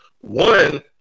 one